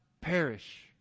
perish